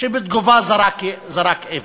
שבתגובה זרק אבן.